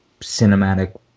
cinematic